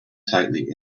tightly